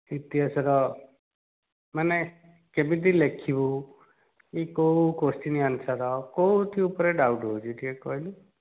ଇତିହାସର ମାନେ କେମିତି ଲେଖିବୁ କି କେଉଁ କ୍ଵେଶ୍ଚିନ୍ ଆନ୍ସର୍ କେଉଁଠି ଉପରେ ଡାଉଟ୍ ରହୁଛି ଟିକେ କହିଲୁ